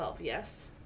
yes